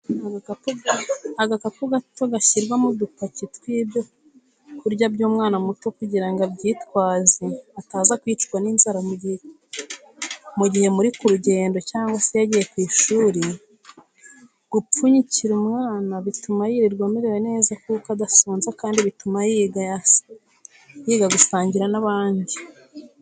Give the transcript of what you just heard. Agakapu gato gashyirwamo udupaki tw'ibyo kurya by'umwana muto kugira ngo abyitwaze ataza kwicwa n'inzara mu gihe muri ku rugendo cyangwa se yagiye ku ishuri, gupfunyikira umwana bituma yirirwa amerewe neza kuko adasonza kandi bituma yiga gusangira n'abandi.